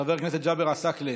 חבר הכנסת ג'אבר עסאקלה,